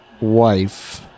wife